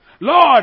Lord